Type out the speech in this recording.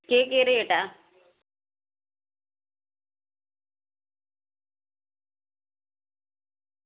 केह् केह् रेट ऐ